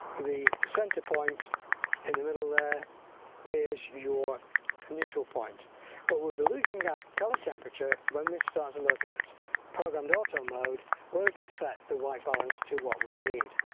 the center point in the middle there here's your neutral point but we'll be looking at color temperature when we start to look at programmed auto mode work and set the white balance to what we need